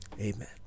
amen